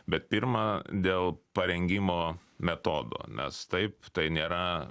bet pirma dėl parengimo metodo nes taip tai nėra